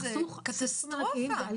יש סכסוכים ענקיים,